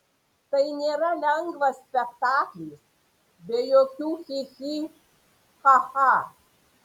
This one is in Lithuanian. tai nėra lengvas spektaklis be jokių chi chi cha cha